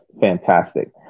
fantastic